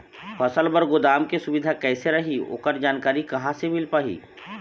फसल बर गोदाम के सुविधा कैसे रही ओकर जानकारी कहा से मिल पाही?